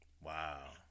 Wow